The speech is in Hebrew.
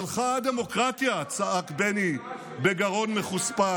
הלכה הדמוקרטיה, צעק בני, איזו בושה.